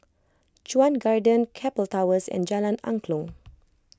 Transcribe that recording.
Chuan Garden Keppel Towers and Jalan Angklong